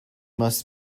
must